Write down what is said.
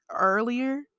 earlier